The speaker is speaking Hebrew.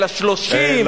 אלא 30 40 איש,